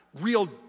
real